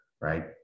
right